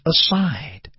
aside